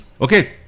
Okay